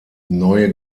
neue